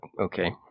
okay